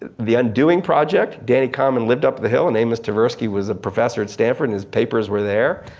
ah the undoing project, danny kahneman lived up the hill and amos tversky was a professor at stanford and his papers were there.